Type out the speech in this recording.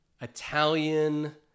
Italian